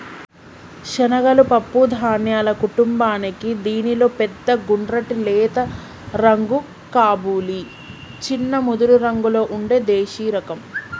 శనగలు పప్పు ధాన్యాల కుటుంబానికీ దీనిలో పెద్ద గుండ్రటి లేత రంగు కబూలి, చిన్న ముదురురంగులో ఉండే దేశిరకం